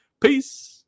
Peace